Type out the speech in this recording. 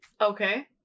okay